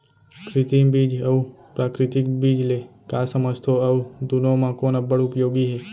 कृत्रिम बीज अऊ प्राकृतिक बीज ले का समझथो अऊ दुनो म कोन अब्बड़ उपयोगी हे?